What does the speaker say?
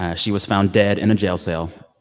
ah she was found dead in a jail cell.